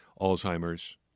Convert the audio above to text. Alzheimer's